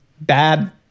bad